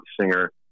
singer